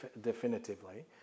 definitively